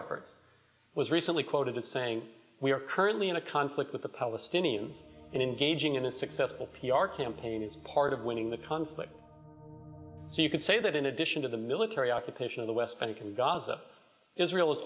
efforts was recently quoted as saying we are currently in a conflict with the palestinians and engaging in a successful p r campaign as part of winning the conflict so you can say that in addition to the military occupation of the west bank and gaza israel